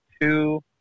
two